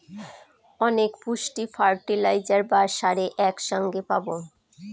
অনেক পুষ্টি ফার্টিলাইজার বা সারে এক সঙ্গে পাবো